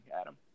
Adam